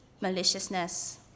maliciousness